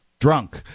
Drunk